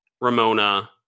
Ramona